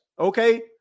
okay